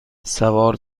سوار